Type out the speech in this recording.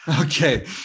Okay